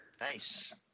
Nice